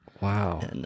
Wow